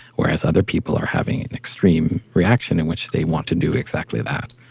whereas other people are having an extreme reaction, in which they want to do exactly that.